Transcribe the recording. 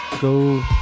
go